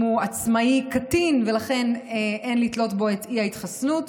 אם הוא עצמאי קטין ולכן אין לתלות בו את האי-התחסנות,